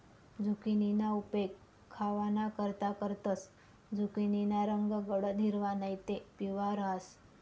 झुकिनीना उपेग खावानाकरता करतंस, झुकिनीना रंग गडद हिरवा नैते पिवया रहास